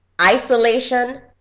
isolation